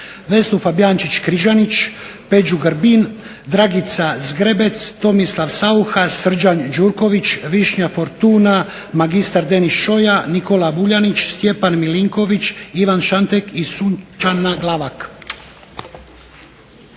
Vesnu Fabijančić Križanić, Peđu Grbin, Dragica Zgrebec, Tomislav Saucha, Srđan Jurković, Višnja Fortuna, magistar Deneš Šoja, Nikola Buljanić, Stjepan Milinković, Ivan Šantek i Sunčana Glavak.